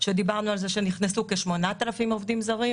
ודיברנו על זה שנכנסו כ-8,000 עובדים זרים.